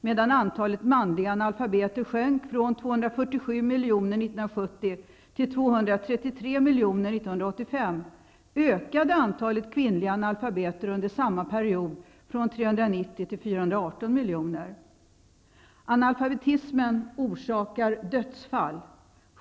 Medan antalet manliga analfabeter sjönk från 247 miljoner 1970 till 233 Analfabetismen orsakar dödsfall.